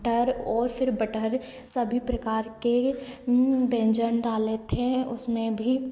टर और फिर बटर सभी प्रकार के न्यू व्यंजन डाले थे उसमें भी